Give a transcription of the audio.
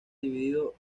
dividido